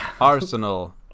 Arsenal